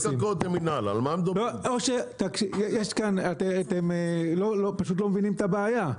יש כאן, אתם לא, פשוט לא מבינים את הבעיה.